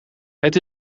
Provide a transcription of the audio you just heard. het